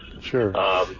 sure